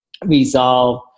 resolve